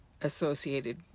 associated